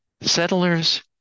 settlers